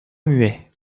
muet